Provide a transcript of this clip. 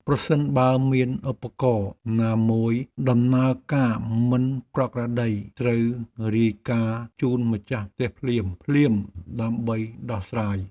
ប្រសិនបើមានឧបករណ៍ណាមួយដំណើរការមិនប្រក្រតីត្រូវរាយការណ៍ជូនម្ចាស់ផ្ទះភ្លាមៗដើម្បីដោះស្រាយ។